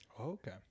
okay